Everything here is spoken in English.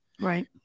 Right